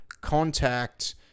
contact